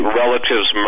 relatives